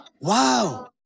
Wow